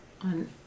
on